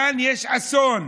כאן יש אסון.